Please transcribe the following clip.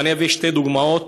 ואביא שתי דוגמאות,